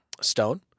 stone